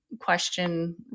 question